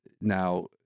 Now